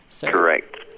Correct